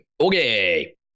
Okay